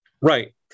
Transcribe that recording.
Right